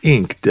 Inc